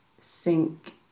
sink